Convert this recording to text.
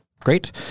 Great